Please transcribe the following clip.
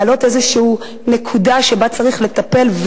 להעלות איזושהי נקודה שבה צריך לטפל.